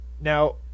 now